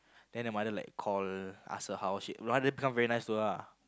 then her mother like call ask her how she mother become very nice to her ah